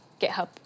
GitHub